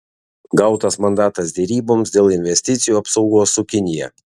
gautas mandatas deryboms dėl investicijų apsaugos su kinija